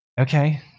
Okay